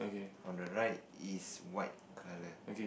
on the right is white colour